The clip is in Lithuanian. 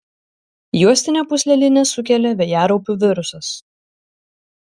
juostinę pūslelinę sukelia vėjaraupių virusas